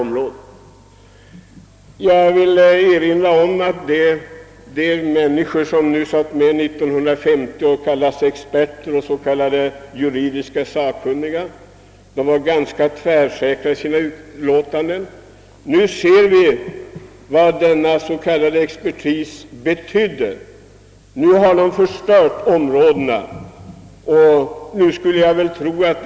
Jag vill erinra om att de s.k. experter och juridiskt sakkunniga, som satt med 1950, då var ganska tvärsäkra i sina uttalanden. Nu ser vi vad denna s. k, expertis betyder. De har förstört de områden vi talar om.